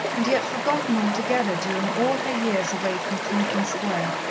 and yet forgotten altogether during all her years away from clevedon square,